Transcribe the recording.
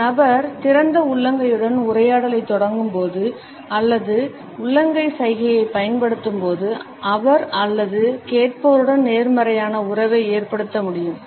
ஒரு நபர் திறந்த உள்ளங்கையுடன் உரையாடலைத் தொடங்கும்போது அல்லது உள்ளங்கை சைகையைப் பயன்படுத்தும்போது அவர் அல்லது அவள் கேட்பவருடன் நேர்மறையான உறவை ஏற்படுத்த முடியும்